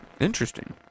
Interesting